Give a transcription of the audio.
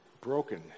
broken